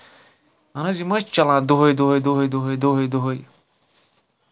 اہن حظ یہِ ما چھُ چلان دوٚہوے دوٚہوے دوٚہوے دوٚہوے